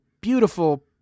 beautiful